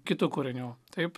kitų kūrinių taip